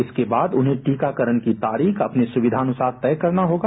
इसके बाद उन्हें टीकाकरण की तारीख अपनी सुवधा के अनुसार तय करना होगा